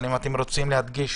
אבל אם אתם רוצים להדגיש